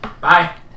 Bye